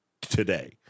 today